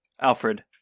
alfred